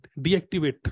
deactivate